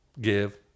Give